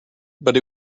but